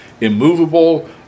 immovable